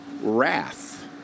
wrath